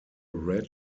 red